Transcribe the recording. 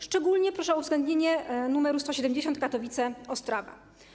Szczególnie proszę o uwzględnienie numeru 170 Katowice - Ostrawa.